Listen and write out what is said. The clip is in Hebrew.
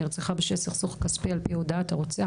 נרצחה בשל סכסוך כספי בשל הודאת הרוצח.